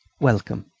welcome.